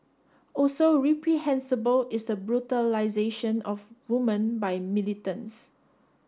also reprehensible is the brutalisation of women by militants